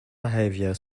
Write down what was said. behavior